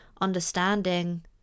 understanding